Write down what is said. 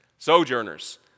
Sojourners